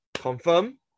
confirm